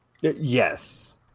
Yes